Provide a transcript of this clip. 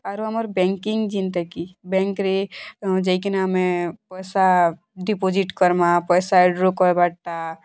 ଆରୁ ଆମର ବ୍ୟାଂକିଂ ଯେନ୍ଟା କି ବେଙ୍କ୍ରେ ଯାଇକିନା ଆମେ ପଇସା ଡ଼ିପୋଜିଟ୍ କର୍ମାଁ ପଇସା ୱିଡ୍ର କର୍ବାଟା